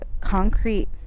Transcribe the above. concrete